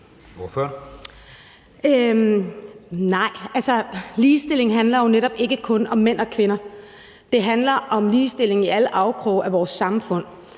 Nej, ligestillingen handler jo netop ikke kun om mænd og kvinder. Det handler om ligestillingen i alle afkroge af vores samfund.